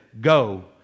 go